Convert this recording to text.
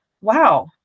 wow